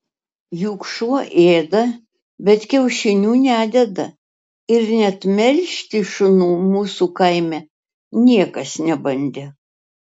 juk šuo ėda bet kiaušinių nededa ir net melžti šunų mūsų kaime niekas nebandė